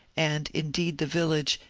and indeed the village,